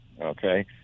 Okay